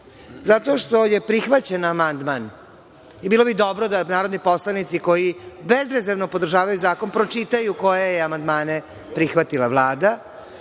Zato što je prihvaćen amandman i bilo bi dobro da narodni poslanici, koji bezrezervno podržavaju ovaj zakon, pročitaju koje amandmane je prihvatila Vlada.